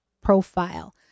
profile